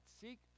Seek